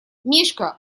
мишка